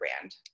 brand